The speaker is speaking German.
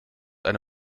eine